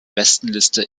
bestenliste